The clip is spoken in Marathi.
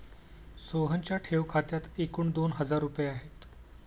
सोहनच्या ठेव खात्यात एकूण दोन हजार रुपये आहेत